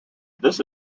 this